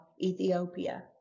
Ethiopia